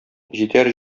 җитәр